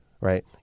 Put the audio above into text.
right